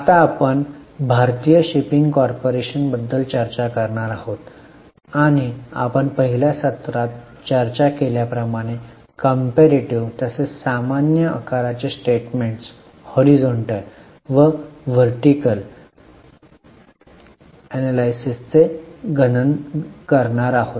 आता आपण भारतीय शिपिंग कॉर्पोरेशन बद्दल चर्चा करणार आहोत आणि आपण पहिल्या सत्रात चर्चा केल्याप्रमाणे कंपेरीटीव्ह तसेच सामान्य आकाराचे स्टेटमेंट हॉरिझॉन्टल व वर्टीकल एनलायसिस चे गणन करणार आहोत